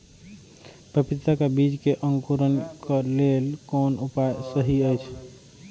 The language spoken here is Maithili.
पपीता के बीज के अंकुरन क लेल कोन उपाय सहि अछि?